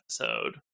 episode